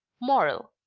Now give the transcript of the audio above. moral.